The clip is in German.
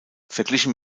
verglichen